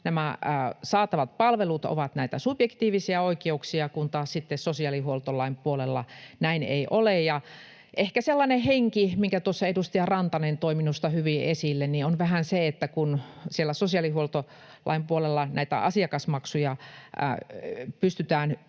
saatavat palvelut ovat subjektiivisia oikeuksia, kun taas sosiaalihuoltolain puolella näin ei ole. Edustaja Rantanen toi minusta hyvin esille, että henki on ehkä vähän sellainen, että kun siellä sosiaalihuoltolain puolella näitä asiakasmaksuja pystytään